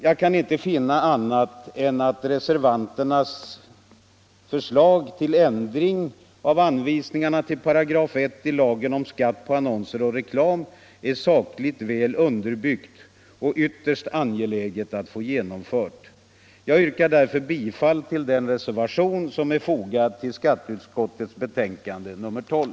Jag kan inte finna annat än att reservanternas förslag till ändring av anvisningarna till ett paragraftecken i lagen om skatt på annonser och reklam är sakligt väl underbyggt och ytterst angeläget att få genomfört. Jag yrkar därför bifall till den reservation som är fogad vid utskottets betänkande nr 12.